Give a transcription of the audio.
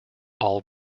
all